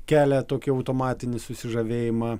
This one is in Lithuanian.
kelia tokį automatinį susižavėjimą